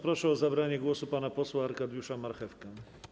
Proszę o zabranie głosu pana posła Arkadiusza Marchewkę.